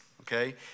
okay